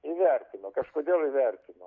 įvertino kažkodėl įvertino